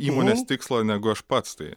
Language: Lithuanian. įmonės tikslą negu aš pats tai